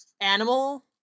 animal